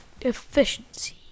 Efficiency